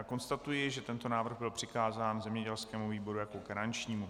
Konstatuji, že tento návrh byl přikázán zemědělskému výboru jako garančnímu.